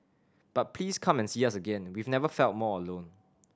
but please come and see us again we've never felt more alone